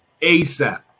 ASAP